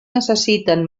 necessiten